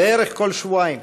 בערך כל שבועיים,